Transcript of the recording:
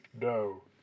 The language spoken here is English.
No